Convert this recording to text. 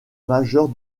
majeure